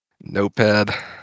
Notepad